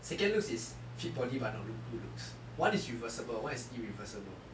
second looks is fit body but not loo~ good looks one is reversible one is irreversible